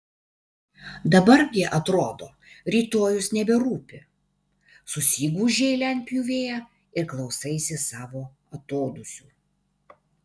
dabar gi atrodo rytojus neberūpi susigūžei lentpjūvėje ir klausaisi savo atodūsių